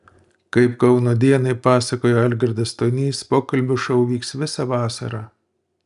kaip kauno dienai pasakojo algirdas stonys pokalbių šou vyks visą vasarą